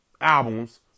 albums